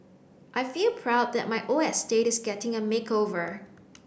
I feel proud that my old estate is getting a makeover